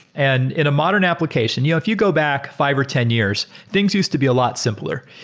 and in a modern application, yeah if you go back five or ten years, things used to be a lot simpler.